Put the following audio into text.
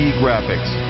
graphics